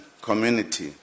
community